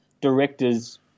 directors